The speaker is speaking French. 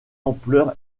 ampleur